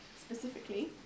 specifically